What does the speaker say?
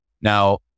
Now